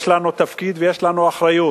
יש לנו תפקיד ויש לנו אחריות,